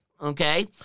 okay